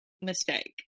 mistake